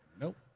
Nope